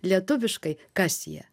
lietuviškai kas jie